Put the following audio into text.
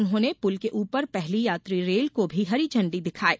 उन्होंने पुल के ऊपर पहली यात्री रेल को भी हरी झंडी दिखायी